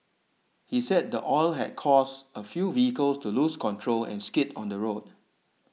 he said the oil had caused a few vehicles to lose control and skid on the road